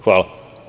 Hvala.